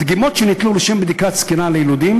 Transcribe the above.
(ו) דגימות שניטלו לשם בדיקת סקירה ליילודים